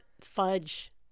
fudge